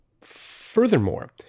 furthermore